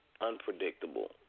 unpredictable